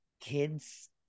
kids